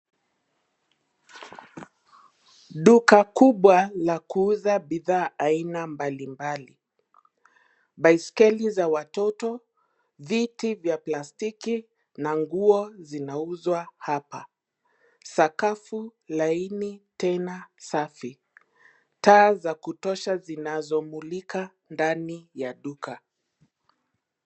Duka kubwa la kuuza bidhaa aina mbalimbali, baiskeli za watoto, viti vya plastiki na nguo zinauzwa hapa. Sakafu laini tena safi, taa za kutosha zinazomulika ndani ya duka.